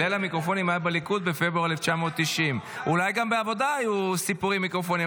ליל המיקרופונים היה בליכוד בפברואר 1990. אולי גם בעבודה היה סיפור עם מיקרופונים,